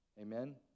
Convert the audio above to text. amen